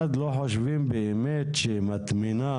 מפגע סביבתי לא סביר על ישוב אחד?